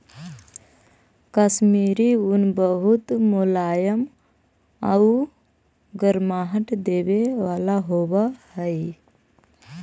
कश्मीरी ऊन बहुत मुलायम आउ गर्माहट देवे वाला होवऽ हइ